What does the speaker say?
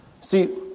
See